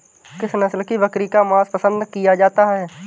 किस नस्ल की बकरी का मांस पसंद किया जाता है?